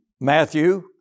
Matthew